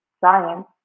science